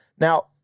Now